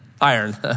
iron